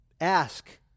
Ask